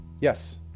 Yes